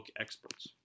experts